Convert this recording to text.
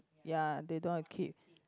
ya they don't wanna keep